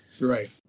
Right